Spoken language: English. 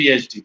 PhD